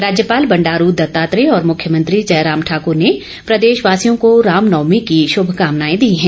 राज्यपाल बंडारू दत्तात्रेय और मुख्यमंत्री जयराम ठाकर ने प्रदेश वासियों को रामनवमी की शुभकामनाएं दी हैं